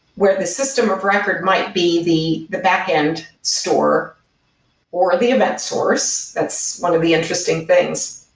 where the system of record might be the the backend store or the event source. that's one of the interesting things.